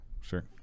sure